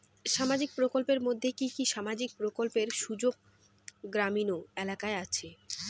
সামাজিক প্রকল্পের মধ্যে কি কি সামাজিক প্রকল্পের সুযোগ গ্রামীণ এলাকায় আসে?